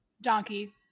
Donkey